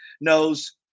knows